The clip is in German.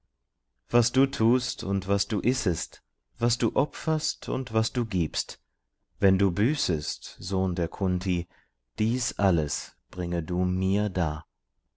was du tust und was du issest was du opferst und was du gibst wenn du büßest sohn der kunt dies alles bringe du mir dar